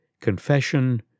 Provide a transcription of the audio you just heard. confession